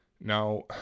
Now